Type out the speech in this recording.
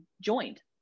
joined